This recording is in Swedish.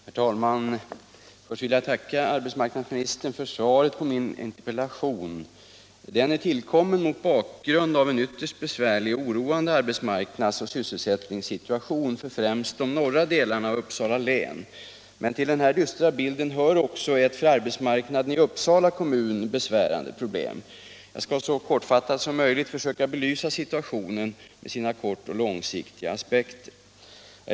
Herr talman! Först vill jag tacka arbetsmarknadsministern för svaret på min interpellation. Den är tillkommen mot bakgrund av en ytterst besvärlig och oroande arbetsmarknads och sysselsättningssituation för främst de norra delarna av Uppsala län. Men till denna dystra bild hör också ett för arbetsmarknaden i Uppsala kommun besvärande problem. Jag skall så kortfattat som möjligt försöka belysa situationen med sina kort och långsiktiga aspekter.